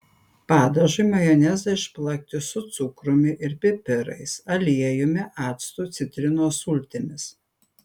padažui majonezą išplakti su cukrumi ir pipirais aliejumi actu citrinos sultimis